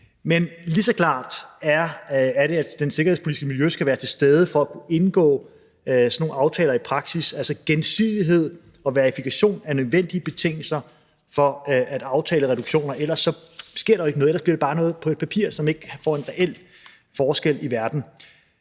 Men lige så klart er det, at det sikkerhedspolitiske miljø skal være til stede, for at man kan indgå sådan nogle aftaler i praksis. Altså, gensidighed og verifikation er nødvendige betingelser for at aftale reduktioner, ellers så sker der ikke noget. Ellers bliver det bare noget på et papir, som ikke gør en reel forskel i verden.